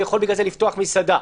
הוא יכול לפתוח מסעדה,